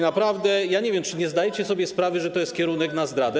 Naprawdę nie wiem, czy nie zdajecie sobie sprawy, że to jest kierunek na zdradę.